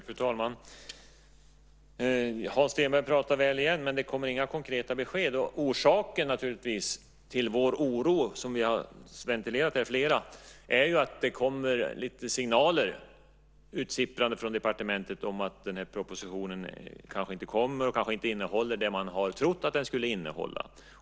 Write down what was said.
Fru talman! Hans Stenberg pratar väl igen, men det kommer inga konkreta besked. Orsaken till den oro som flera har ventilerat här är ju att det kommer signaler utsipprande från departementet om att den här propositionen kanske inte kommer eller kanske inte innehåller det man har trott att den skulle innehålla.